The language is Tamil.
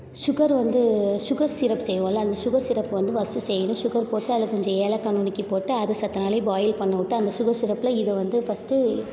ஷுகர் வந்து ஷுகர் சிரப் செய்வோமில்ல அந்த ஷுகர் சிரப் வந்து ஃபஸ்ட்டு செய்யணும் ஷுகர் போட்டு அதில் கொஞ்சம் ஏலக்காய் நுணுக்கி போட்டு அது சற்று நாழி பாயில் பண்ணவிட்டு அந்த ஷுகர் சிரப்பில் இத வந்து ஃபஸ்ட்டு